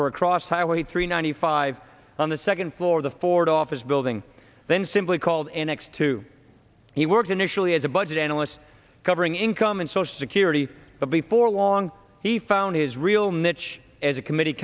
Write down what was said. were across highway three ninety five on the second floor the ford office building then simply called annex two he worked initially as a budget analyst covering income and social security but before long he found his real niche as a committee